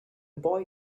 boy